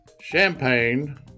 champagne